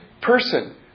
person